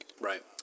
Right